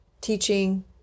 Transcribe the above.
teaching